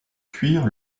cuir